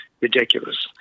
ridiculous